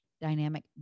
dynamic